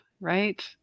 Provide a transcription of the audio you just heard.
right